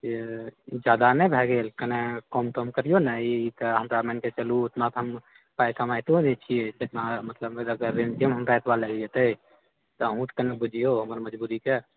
जादा नहि भए गेल कनि कम तम करियौ ने इ तऽ हमरा मानिके चलूँ ओतबा तऽ हम पाय कमैतो नहि छिऐ जितनामे हमरा अगर रेंटेमे हमरा एतबा लागि जाए तऽ अहुँ तऽ कनि बुझियौ हमर मजबूरीके